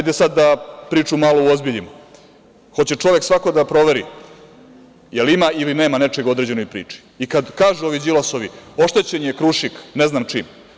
Da sada priču malo uozbiljimo, hoće čovek svaki da proveri jel ima ili nema nečeg u određenoj priči i kada kažu ovi Đilasovi – oštećen je „Krušik“, ne znam čim.